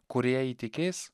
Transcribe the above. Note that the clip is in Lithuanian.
kurie įtikės